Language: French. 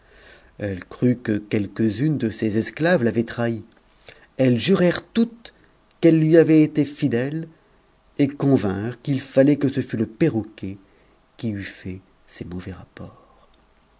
elle crut que quelqu'une de ses esclaves l'avait trahie elles jurèrent toutes qu'elles lui avaient été fidèles et convinrent qu'il fallait que ce fût le perroquet qui eût fait ces mauvais rapports